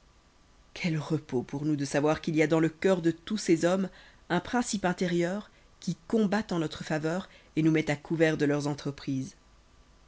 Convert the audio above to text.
quel repos pour nous de savoir qu'il y a dans le cœur de tous ces hommes un principe intérieur qui combat en notre faveur et nous met à couvert de leurs entreprises